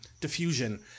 diffusion